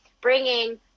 bringing